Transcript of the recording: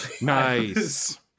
nice